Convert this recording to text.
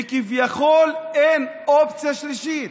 וכביכול אין אופציה שלישית,